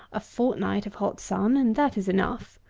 a fortnight of hot sun, and that is enough.